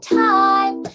time